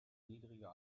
niedriger